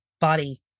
body